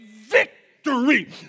victory